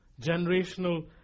generational